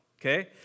okay